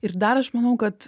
ir dar aš manau kad